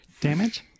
Damage